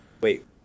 Wait